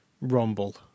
rumble